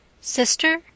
Sister